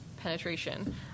penetration